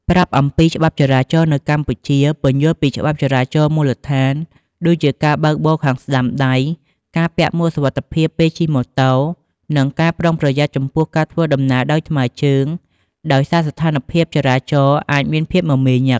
ប្រាប់អំពីច្បាប់ចរាចរណ៍នៅកម្ពុជាពន្យល់ពីច្បាប់ចរាចរណ៍មូលដ្ឋាន ដូចជាការបើកបរខាងស្ដាំដៃ ការពាក់មួកសុវត្ថិភាពពេលជិះម៉ូតូ និងការប្រុងប្រយ័ត្នចំពោះការធ្វើដំណើរដោយថ្មើរជើង ដោយសារស្ថានភាពចរាចរណ៍អាចមានភាពមមាញឹក។